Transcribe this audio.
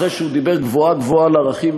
אחרי שהוא דיבר גבוהה-גבוהה על ערכים,